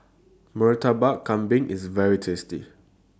Murtabak Kambing IS very tasty